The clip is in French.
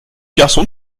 garçon